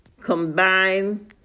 combine